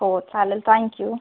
हो चालेल थँक्यू